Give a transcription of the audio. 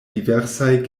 diversaj